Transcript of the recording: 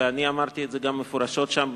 ואני אמרתי את זה מפורשות בנשיאות,